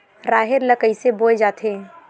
राहेर ल कइसे बोय जाथे?